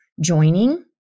joining